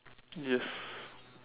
yes